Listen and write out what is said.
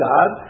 God